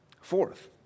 Fourth